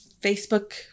Facebook